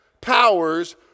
powers